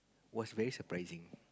was very surprising